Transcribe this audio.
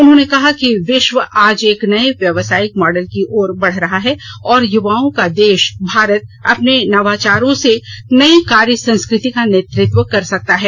उन्होंने कहा कि विश्व आज एक नये व्यावसायिक मॉडल की ओर बढ़ रहा है और युवाओं का देश भारत अपने नवाचारों से नई कार्य संस्कृति का नेतृत्व कर सकता है